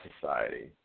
society